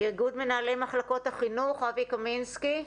איגוד מנהלי מחלקות החינוך, אבי קמינסקי.